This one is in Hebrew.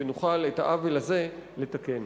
ונוכל את העוול הזה לתקן.